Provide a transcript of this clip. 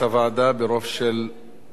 שם החוק נתקבל.